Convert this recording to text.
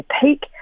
Peak